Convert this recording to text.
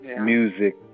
music